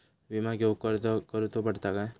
विमा घेउक अर्ज करुचो पडता काय?